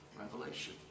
revelation